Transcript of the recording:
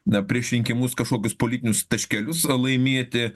na prieš rinkimus kažkokius politinius taškelius laimėti